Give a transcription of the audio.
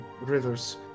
Rivers